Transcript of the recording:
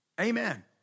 Amen